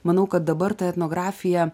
manau kad dabar ta etnografija